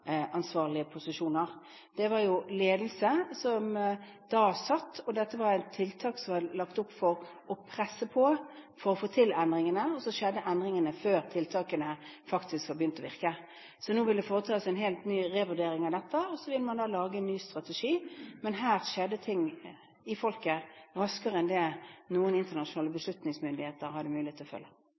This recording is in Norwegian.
posisjoner. Det var ledelsen som da satt, og dette var tiltak som var lagt opp for å presse på for å få til endringene, og så skjedde endringene før tiltakene faktisk var begynt å virke. Nå vil det bli foretatt en helt ny vurdering av dette, og så vil man lage en ny strategi. Men her skjedde ting i folket raskere enn det noen internasjonale beslutningsmyndigheter hadde mulighet til å følge.